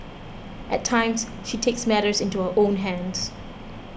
at times she takes matters into her own hands